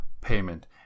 payment